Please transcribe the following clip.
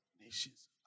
nations